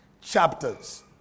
chapters